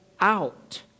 out